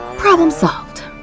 problem solved.